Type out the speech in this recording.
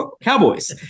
Cowboys